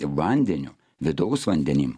vandeniu vidaus vandenim